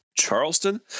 Charleston